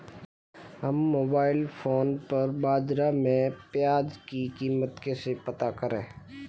हम mobile phone पर बाज़ार में प्याज़ की कीमत कैसे पता करें?